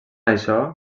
això